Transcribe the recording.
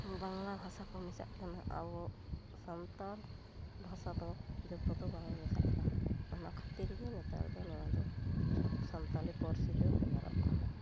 ᱵᱟᱝᱞᱟ ᱵᱷᱟᱥᱟ ᱠᱚ ᱢᱮᱥᱟᱜ ᱠᱟᱱᱟ ᱟᱵᱚ ᱥᱟᱱᱛᱟᱲ ᱵᱷᱟᱥᱟ ᱫᱚ ᱡᱚᱛᱚ ᱫᱚ ᱵᱟᱝ ᱢᱮᱥᱟᱜ ᱠᱟᱱᱟ ᱚᱱᱟ ᱠᱷᱟᱹᱛᱤᱨ ᱜᱮ ᱱᱮᱛᱟᱨ ᱫᱚ ᱱᱚᱣᱟ ᱫᱚ ᱥᱟᱱᱛᱟᱞᱤ ᱯᱟᱹᱨᱥᱤ ᱫᱚ ᱵᱷᱮᱜᱟᱨᱚᱜ ᱠᱟᱱᱟ